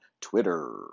Twitter